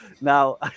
Now